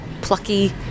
plucky